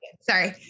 Sorry